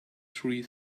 tree